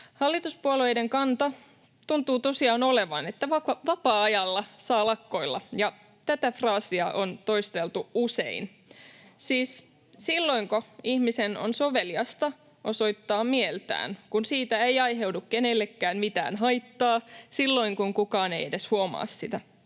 Hallituspuolueiden kanta tuntuu tosiaan olevan, että vapaa-ajalla saa lakkoilla, ja tätä fraasia on toisteltu usein. Siis silloinko ihmisen on soveliasta osoittaa mieltään, kun siitä ei aiheudu kenellekään mitään haittaa, silloin kun kukaan ei edes huomaa sitä?